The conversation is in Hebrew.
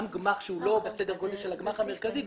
גם גמ"ח שהוא לא בסדר גודל של הגמ"ח המרכזי,